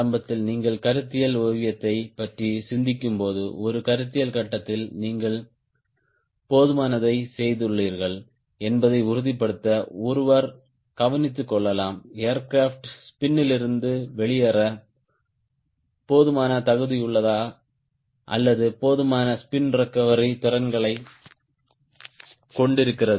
ஆரம்பத்தில் நீங்கள் கருத்தியல் ஓவியத்தைப் பற்றி சிந்திக்கும்போது ஒரு கருத்தியல் கட்டத்தில் நீங்கள் போதுமானதைச் செய்துள்ளீர்கள் என்பதை உறுதிப்படுத்த ஒருவர் கவனித்துக் கொள்ளலாம் ஏர்கிராப்ட் ஸ்பின் லிருந்து வெளியேற போதுமான தகுதியுள்ளதா அல்லது போதுமான ஸ்பின் ரெகவரி திறன்களைக் கொண்டிருக்கிறது